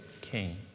king